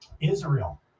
Israel